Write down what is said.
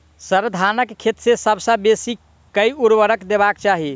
sir, धानक खेत मे सबसँ बेसी केँ ऊर्वरक देबाक चाहि